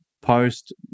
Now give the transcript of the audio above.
Post